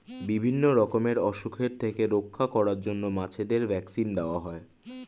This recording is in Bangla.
বিভিন্ন রকমের অসুখের থেকে রক্ষা করার জন্য মাছেদের ভ্যাক্সিন দেওয়া হয়